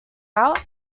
out